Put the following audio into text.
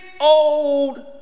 old